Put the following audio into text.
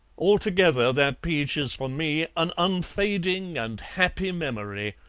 altogether, that peach is for me an unfading and happy memory